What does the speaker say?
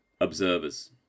observers